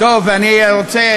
אבל אני לא מאריך,